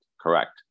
correct